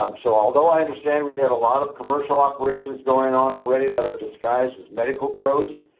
um so although i understand, we have a lot of commercial operations going on already that are disguised as medical grows,